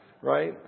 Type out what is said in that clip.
right